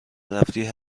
رفتی